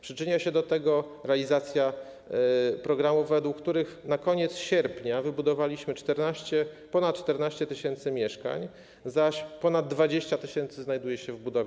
Przyczynia się do tego realizacja programów, według których na koniec sierpnia wybudowaliśmy ponad 14 tys. mieszkań, a ponad 20 tys. znajduje się w budowie.